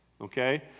okay